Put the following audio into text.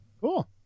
Cool